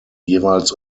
jeweils